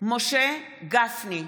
משה גפני,